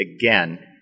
again